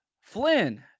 Flynn